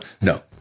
No